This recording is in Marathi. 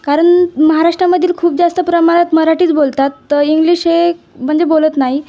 कारण महाराष्ट्रामधील खूप जास्त प्रमाणात मराठीच बोलतात तर इंग्लिश हे म्हणजे बोलत नाही